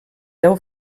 deu